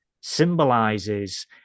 symbolizes